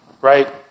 right